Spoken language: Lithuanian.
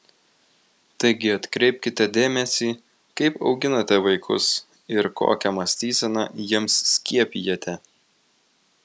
taigi atkreipkite dėmesį kaip auginate vaikus ir kokią mąstyseną jiems skiepijate